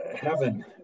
heaven